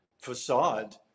facade